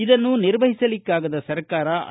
ಇದನ್ನು ನಿರ್ವಹಿಸಲಿಕ್ಕಾಗದ ಸರ್ಕಾರ ಐ